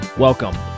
Welcome